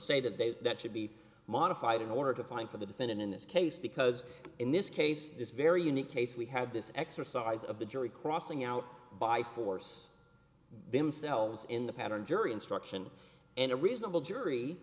say that they should be modified in order to find for the defendant in this case because in this case this very unique case we had this exercise of the jury crossing out by force themselves in the pattern jury instruction and a reasonable jury